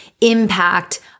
impact